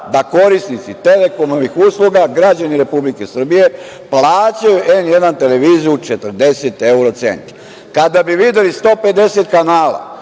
da korisnici „Telekomovih“ usluga, građani Republike Srbije, plaćaju N1 televiziju 40 evra centi. Kada bi videli 150 kanala,